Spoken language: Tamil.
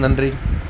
நன்றி